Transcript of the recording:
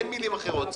אין מילים אחרות.